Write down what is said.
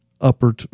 upper